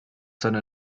seine